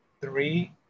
three